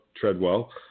Treadwell